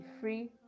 free